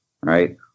right